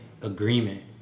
agreement